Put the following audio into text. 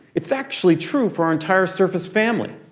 it's actually true for our entire surface family.